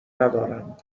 ندارم